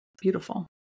beautiful